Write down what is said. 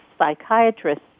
psychiatrists